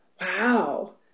wow